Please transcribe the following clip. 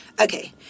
Okay